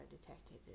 detected